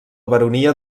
baronia